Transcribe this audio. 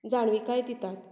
जाणविकाय दितात